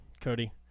Cody